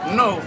no